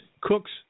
Cooks